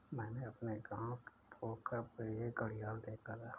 मैंने अपने गांव के पोखर पर एक घड़ियाल देखा था